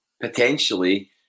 potentially